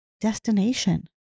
destination